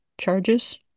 charges